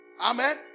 Amen